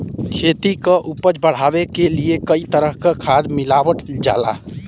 खेती क उपज बढ़ावे क लिए कई तरह क खाद मिलावल जाला